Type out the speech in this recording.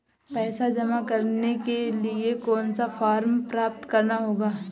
पैसा जमा करने के लिए कौन सा फॉर्म प्राप्त करना होगा?